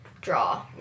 draw